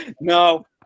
No